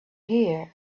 gear